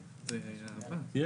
אני בטוחה שלקופות החולים